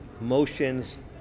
motions